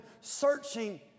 searching